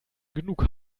genug